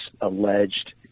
alleged